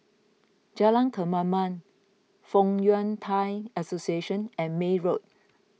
Jalan Kemaman Fong Yun Thai Association and May Road